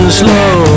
slow